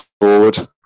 forward